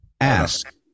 Ask